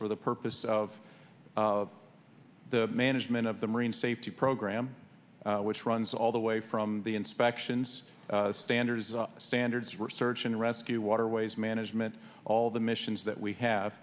for the purpose of the management of the marine safety program which runs all the way from the inspections standards standards for search and rescue waterways management all the missions that we have